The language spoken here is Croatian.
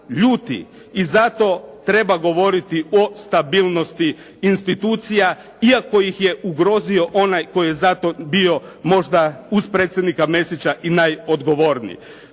I zato treba govoriti o stabilnosti institucija iako ih je ugrozio onaj koji je za to bio možda uz predsjednika Mesića i najodgovorniji.